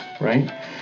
right